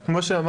אז כמו שאמרתי,